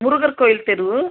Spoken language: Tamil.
முருகர் கோயில் தெரு